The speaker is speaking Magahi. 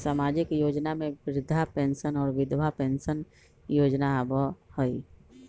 सामाजिक योजना में वृद्धा पेंसन और विधवा पेंसन योजना आबह ई?